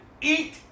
eat